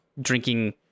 drinking